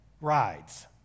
rides